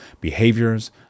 behaviors